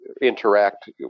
interact